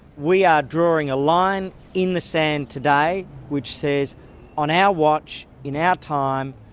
we are drawing a line in the sand today which says on our watch, in our time,